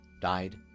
died